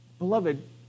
Beloved